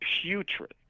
putrid